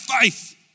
faith